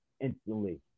instantly